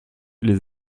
les